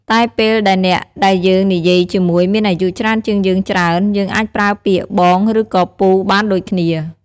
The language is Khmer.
តែពេលដែលអ្នកដែលយើងនិយាយជាមួយមានអាយុច្រើនជាងយើងច្រើន យើងអាចប្រើពាក្យ "បង" ឬក៏ "ពូ" បានដូចគ្នា។